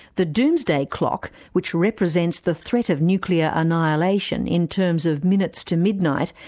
the doomsday clock, which represents the threat of nuclear annihilation in terms of minutes to midnight,